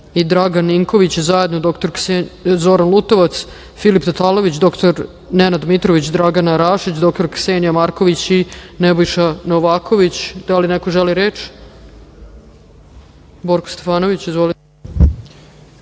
i Dragan Ninković; zajedno dr Zoran Lutovac, Filip Tatalović, dr Nenad Mitrović, Dragana Rašić, dr Ksenija Marković i Nebojša Novaković. Da li neko želi reč? Reč ima Borko Stefanović. Izvolite.